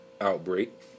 outbreak